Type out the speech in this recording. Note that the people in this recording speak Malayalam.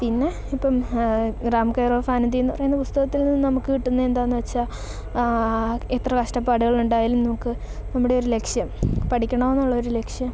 പിന്നെ ഇപ്പം റാം കെയർ ഓഫ് ആനന്ദിയെന്നു പറയുന്ന പുസ്തകത്തിൽ നിന്ന് നമുക്ക് കിട്ടുന്ന എന്താണെന്നു വെച്ചാൽ എത്ര കഷ്ടപ്പാടുകളുണ്ടായാലും നമുക്ക് നമ്മുടെയൊരു ലക്ഷ്യം പഠിക്കണമെന്നുള്ളൊരു ലക്ഷ്യം